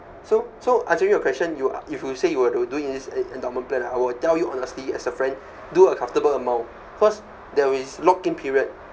so so answering your question you if you say you were to do this en~ endowment plan ah I will tell you honestly you as a friend do a comfortable amount cause there is lock-in period